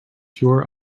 pure